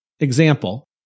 Example